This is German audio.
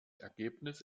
ergebnis